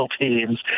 teams